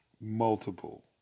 Multiple